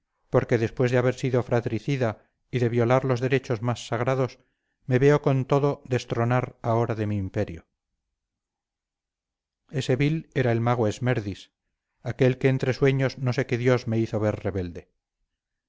porque después de haber sido fratricida y de violar los derechos más sagrados me veo con todo destronar ahora de mi imperio ese vil era el mago esmerdis aquel que entre sueños no sé qué dios me hizo ver rebelde